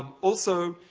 also,